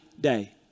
day